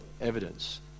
evidence